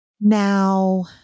Now